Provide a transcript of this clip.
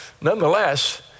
nonetheless